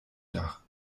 dach